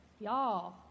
Y'all